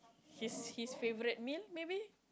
she's his favourite meal maybe